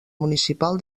municipal